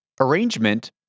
arrangement